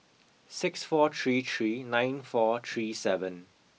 six four three three nine four three seven